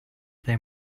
there